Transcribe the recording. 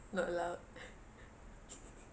good luck